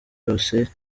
yose